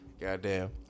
goddamn